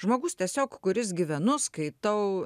žmogus tiesiog kuris gyvenu skaitau